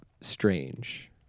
strange